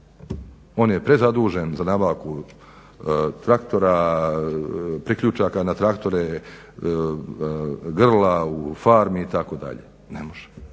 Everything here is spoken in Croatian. On je prezadužen za nabavku traktora, priključaka na traktore, grla u farmi itd., ne može.